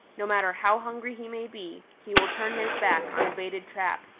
no matter how hungry he may be, he will turn his back on a baited trap,